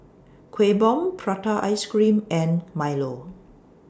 Kueh Bom Prata Ice Cream and Milo